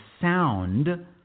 sound